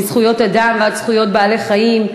מזכויות אדם ועד זכויות בעלי-חיים,